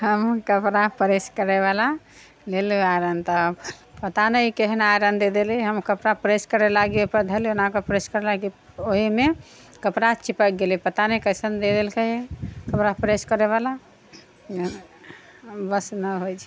हम कपड़ा प्रेस करयवला लेने आइरन तब पता नहि केहन आइरन दे देने हइ कपड़ा प्रेस करय लागी ओहिपर धयली एना कऽ प्रेस करय लागी ओहिमे कपड़ा चिपकि गेलै पता नहि कैसन दऽ देलकै कपड़ा प्रेस करयवला बस नहि होइत छै